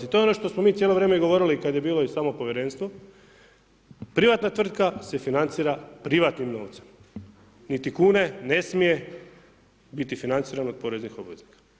I to je ono što smo mi cijelo vrijeme govorili kada je bilo i samo povjerenstvo, privatna tvrtka se financira privatnim novcem, niti kune ne smije biti financirano od poreznih obveznika.